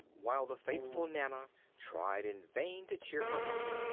while the faithful nana tried in vain to cheer her up.